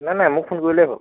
নাই নাই মোক ফোন কৰিলেই হ'ল